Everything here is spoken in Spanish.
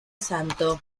santo